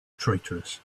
traitorous